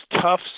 tough